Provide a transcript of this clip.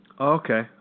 Okay